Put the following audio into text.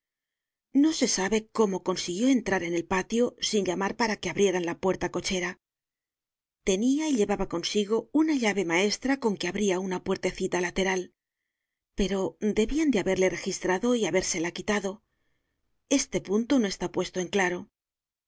no se sabe cómo consiguió entrar en el patio sin llamar para que abrieran la puerta cochera tenia y llevaba consigo una llave maestra con que abria una puertecita lateral pero debian de haberle registra do y habérsela quitado este punto no está puesto en claro